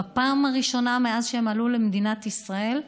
בפעם הראשונה מאז עלו למדינת ישראל,